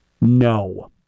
No